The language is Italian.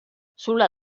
sulla